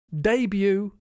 debut